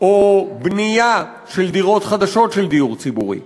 או לבנייה של דירות חדשות של דיור ציבורי.